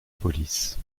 police